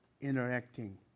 interacting